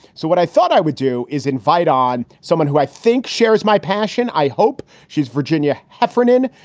so what i thought i would do is invite on someone who i think shares my passion. i hope she's virginia heffernan.